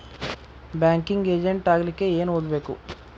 Banking agent ಆಗ್ಲಿಕ್ಕೆ ಏನ್ ಓದ್ಬೇಕು?